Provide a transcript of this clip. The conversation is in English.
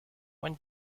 when